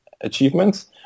achievements